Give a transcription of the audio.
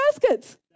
baskets